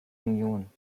union